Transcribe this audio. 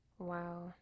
Wow